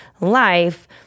life